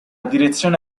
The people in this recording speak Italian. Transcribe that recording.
direzione